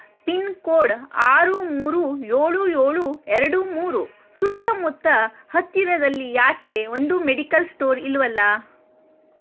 pin code ಆರು ಮೂರು ಏಳು ಏಳು ಎರಡು ಮೂರು ಸುತ್ತಮುತ್ತ ಹತ್ತಿರದಲ್ಲಿ ಯಾಕೆ ಒಂದೂ ಮೆಡಿಕಲ್ ಸ್ಟೋರ್ ಇಲ್ಲವಲ್ಲ